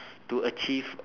to achieve